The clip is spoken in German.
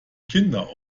kinder